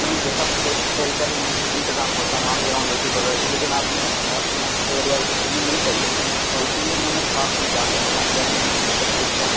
میں نے دیکھا بچوں کے کھیل کا بھی انتظام ہوتا ہے وہاں گراؤنڈ ہوتی ہے لیکن آپ نے آپ کے یہاں کھگڑیہ ڈسٹرکٹ میں نہیں تھا یہ تو اسی لیے میں نے کہا آپ کو کہ آپ انتظام کریں ان سب چیز کا